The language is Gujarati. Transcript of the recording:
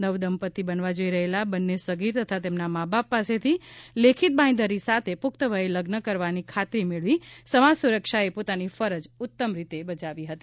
નવદંપત્તિ બનવા જઇ રહેલા બંને સગીર તથા તેમના માબાપ પાસેથી લેખિત બાંહેધરી સાથે પુખ્નવયે લગ્ન કરવાની ખાત્રી મેળવી સમાજ સુરક્ષાએ પોતાની ફરજ ઉત્તમ રીતે બજાવી હતી